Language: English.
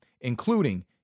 including